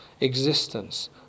existence